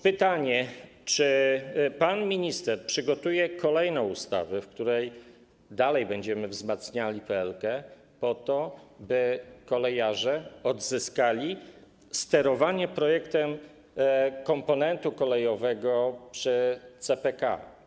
Pytanie: Czy pan minister przygotuje kolejną ustawę, w której dalej będziemy wzmacniali PLK po to, by kolejarze odzyskali sterowanie projektem komponentu kolejowego przy CPK?